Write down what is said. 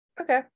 okay